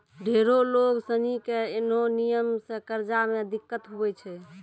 ढेरो लोग सनी के ऐन्हो नियम से कर्जा मे दिक्कत हुवै छै